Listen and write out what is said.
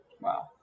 Wow